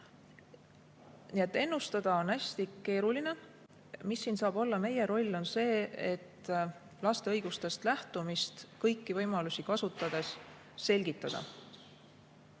Nii et ennustada on hästi keeruline. Mis siin saab olla meie roll? Meil tuleb laste õigustest lähtumist kõiki võimalusi kasutades selgitada.